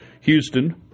Houston